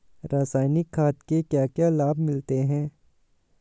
रसायनिक खाद के क्या क्या लाभ मिलते हैं?